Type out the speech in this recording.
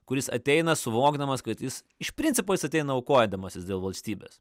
kuris ateina suvokdamas kad jis iš principo jis ateina aukodamasis dėl valstybės